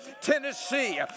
Tennessee